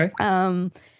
okay